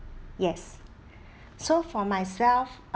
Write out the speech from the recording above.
yes so for myself